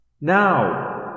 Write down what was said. Now